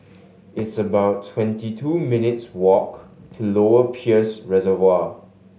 it's about twenty two minutes' walk to Lower Peirce Reservoir